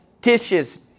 dishes